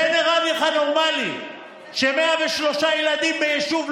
זה נראה לך נורמלי ש-103 ילדים ביישוב,